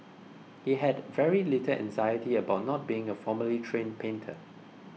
he had very little anxiety about not being a formally trained painter